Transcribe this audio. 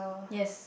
yes